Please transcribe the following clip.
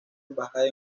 embajada